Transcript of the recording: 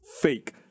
fake